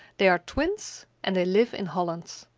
they are twins, and they live in holland.